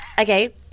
Okay